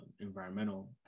environmental